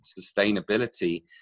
sustainability